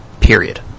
Period